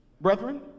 Brethren